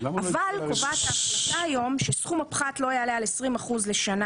אבל ההחלטה היום קובעת שסכום הפחת לא יעלה על 20% לשנה